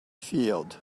field